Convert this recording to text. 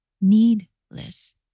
needless